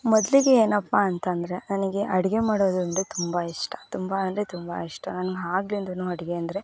ಮೊದಲಿಗೆ ಏನಪ್ಪಾ ಅಂತಂದರೆ ನನಗೆ ಅಡಿಗೆ ಮಾಡೋದಂದರೆ ತುಂಬ ಇಷ್ಟ ತುಂಬ ಅಂದರೆ ತುಂಬ ಇಷ್ಟ ನನ್ಗೆ ಆಗಿಂದ ಅಡುಗೆ ಅಂದರೆ